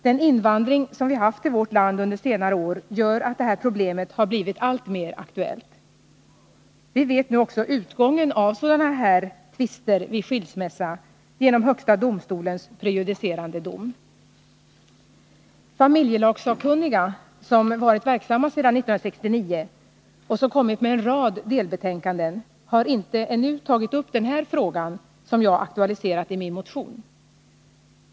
Den invandring som vi haft till vårt land under senare år gör att detta problem har blivit alltmer aktuellt. Vi vet nu också utgången av sådana här tvister vid skilsmässa genom högsta domstolens prejudicerande dom. Familjelagssakkunniga, som varit verksamma sedan 1969 och som kommit med en rad delbetänkanden, har inte ännu tagit upp den här frågan som jag aktualiserat i min motion.